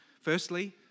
Firstly